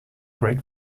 great